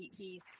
he